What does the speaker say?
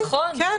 כן.